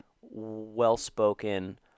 well-spoken